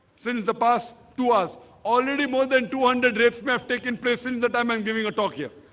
since the pass to us already more than two hundred rapes may have taken place in the time. i'm giving a talk here.